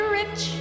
rich